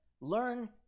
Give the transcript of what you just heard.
learn